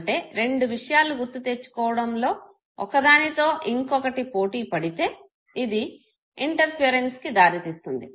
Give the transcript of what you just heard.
అంటే రెండు విషయాలు గుర్తు తెచ్చుకోవడంలో ఒక దానితో ఇంకొకటి పోటీ పడితే ఇది ఇంటర్ఫేరెన్సుకి దారి తీస్తుంది